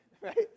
right